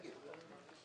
מי נגד?